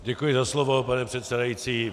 Děkuji za slovo, pane předsedající.